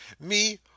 Me